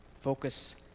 focus